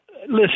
Listen